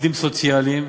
עובדים סוציאליים,